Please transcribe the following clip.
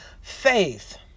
faith